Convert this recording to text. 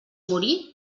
morir